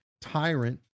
Tyrant